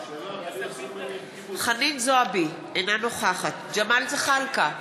בעד חנין זועבי, אינה נוכחת ג'מאל זחאלקה,